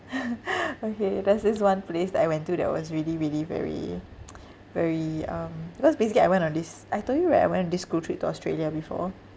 okay there's this one place that I went to that was really really very very um because basically I went on this I told you right I went on this school trip to australia before